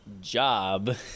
job